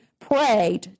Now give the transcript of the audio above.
prayed